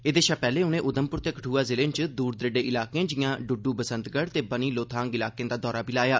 एहदे शा पैहले उनें उधमपुर ते कठुआ जिलें च दूर दरेडे इलाकें जिआं डुडु बसंतगढ़ ते बनी लोथांग इलाकें दा दौरा बी लाया